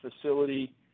facility